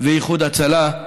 ואיחוד הצלה.